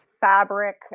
fabric